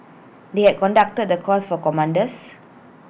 they had conducted the course for commanders